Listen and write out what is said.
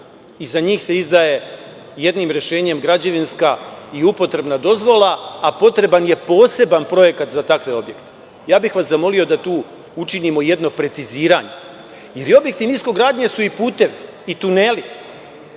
za njih se izdaje jednim rešenjem građevinska i upotrebna dozvola, a potreban je poseban projekat za takve objekte. Zamolio bih vas da tu učinimo jedno preciziranje, jer objekti niskogradnje su i putevi i tuneli